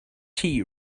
tea